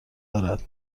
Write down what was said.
دارد